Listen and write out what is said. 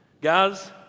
guys